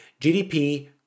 GDP